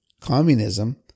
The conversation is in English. Communism